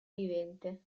vivente